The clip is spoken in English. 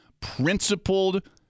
principled